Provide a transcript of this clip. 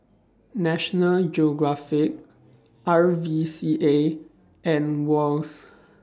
National Geographic R V C A and Wall's